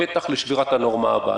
הפתח לשבירת הנורמה הבאה.